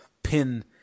pin